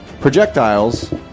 projectiles